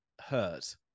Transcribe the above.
hurt